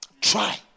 Try